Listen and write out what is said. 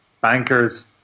bankers